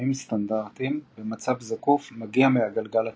ואופנועים סטנדרטיים במצב זקוף מגיע מהגלגל הקדמי.